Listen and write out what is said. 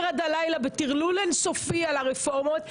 עד הלילה בטרלול אין סופי על הרפורמות,